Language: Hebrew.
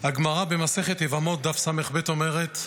הגמרא במסכת יבמות דף ס"ב אומרת: